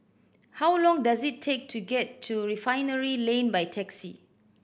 how long does it take to get to Refinery Lane by taxi